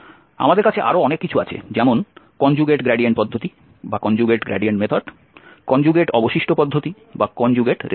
আমাদের কাছে আরো অনেক কিছু আছে যেমন কনজুগেট গ্রেডিয়েন্ট পদ্ধতি কনজুগেট অবশিষ্ট পদ্ধতি ইত্যাদি